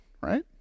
right